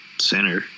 center